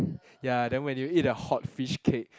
ya then when you eat the hot fish cake